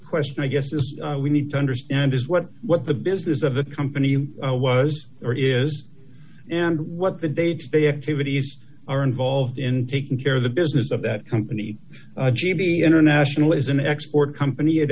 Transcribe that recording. question i guess is we need to understand what what the business of a company was or is and what the day to day activities are involved in taking care of the business of that company g b international is an export